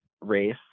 race